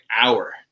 hour